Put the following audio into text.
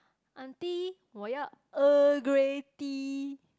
auntie 我要 Earl Grey tea